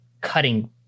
cutting